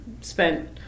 spent